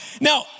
Now